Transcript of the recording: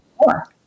more